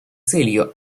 целью